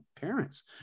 parents